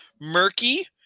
murky